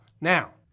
Now